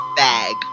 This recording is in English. bag